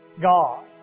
God